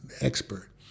expert